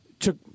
took